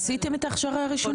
עשיתם את ההכשרה הראשונית?